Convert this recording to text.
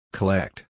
Collect